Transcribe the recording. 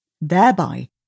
thereby